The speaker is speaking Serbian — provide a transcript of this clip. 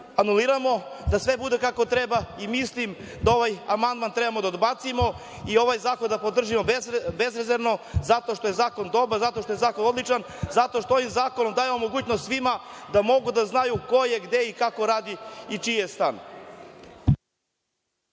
anuliramo, da sve bude kako treba i mislim da ovaj amandman treba da odbacimo i ovaj zakon da podržimo bezrezervno, jer je zakon dobar, zato što je zakon odličan, zato što ovim zakonom dajemo mogućnost svima da mogu da znaju ko je, gde je i kako radi i čiji je stan.